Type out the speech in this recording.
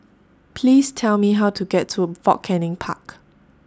Please Tell Me How to get to Fort Canning Park